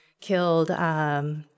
killed